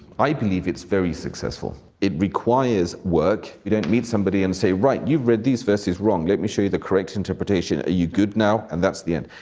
i believe it's very successful. it requires work. we don't meet somebody and say, right, you've read these verses wrong. let me show you the correct interpretation. are you good now? and that's the end.